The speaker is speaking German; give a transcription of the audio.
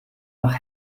nach